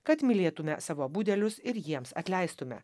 kad mylėtume savo budelius ir jiems atleistume